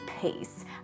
peace